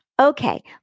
Okay